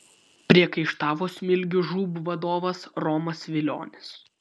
priekaištavo smilgių žūb vadovas romas vilionis